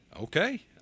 Okay